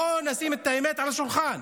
בואו נשים את האמת על השולחן.